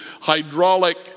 hydraulic